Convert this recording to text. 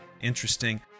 interesting